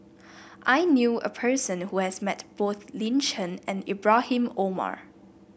I knew a person who has met both Lin Chen and Ibrahim Omar